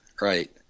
Right